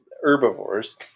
herbivores